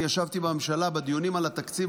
אני ישבתי בממשלה בדיונים על התקציב,